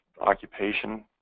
Occupation